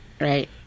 Right